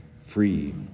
free